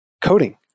coding